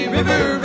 River